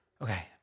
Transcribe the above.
Okay